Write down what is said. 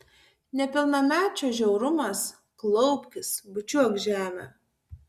nepilnamečio žiaurumas klaupkis bučiuok žemę